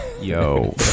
Yo